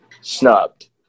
Snubbed